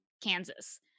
Kansas